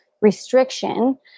restriction